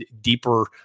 deeper